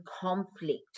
conflict